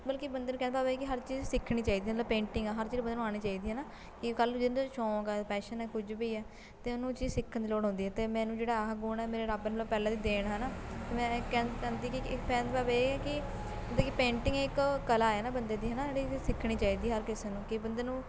ਮਤਲਬ ਕਿ ਬੰਦੇ ਨੂੰ ਕਹਿਣ ਦਾ ਭਾਵ ਹੈ ਕਿ ਹਰ ਚੀਜ਼ ਸਿੱਖਣੀ ਚਾਹੀਦੀ ਮਤਲਬ ਪੇਂਟਿੰਗ ਹਰ ਚੀਜ਼ ਬੰਦੇ ਨੂੰ ਆਉਣੀ ਚਾਹੀਦੀ ਹੈ ਨਾ ਕਿ ਕੱਲ੍ਹ ਜਿੱਦਾਂ ਸ਼ੌਕ ਹੈ ਪੈਸ਼ਨ ਹੈ ਕੁਝ ਵੀ ਹੈ ਅਤੇ ਉਹਨੂੰ ਉਹ ਚੀਜ਼ ਸਿੱਖਣ ਦੀ ਲੋੜ ਹੁੰਦੀ ਹੈ ਅਤੇ ਮੈਨੂੰ ਜਿਹੜਾ ਆਹ ਗੁਣ ਹੈ ਮੇਰੇ ਰੱਬ ਮਤਲਬ ਪਹਿਲਾਂ ਦੀ ਦੇਣ ਹੈ ਨਾ ਅਤੇ ਮੈਂ ਇਹ ਕਹਿੰ ਕਹਿੰਦੀ ਕਿ ਕਹਿਣ ਦਾ ਭਾਵ ਇਹ ਹੈ ਕਿ ਵੀ ਪੇਂਟਿੰਗ ਇੱਕ ਕਲਾ ਹੈ ਨਾ ਬੰਦੇ ਦੀ ਹੈ ਨਾ ਜਿਹੜੀ ਕਿ ਸਿੱਖਣੀ ਚਾਹੀਦੀ ਹਰ ਕਿਸੇ ਨੂੰ ਕਿ ਬੰਦੇ ਨੂੰ